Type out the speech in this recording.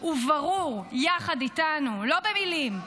וברור יחד איתנו לא במילים,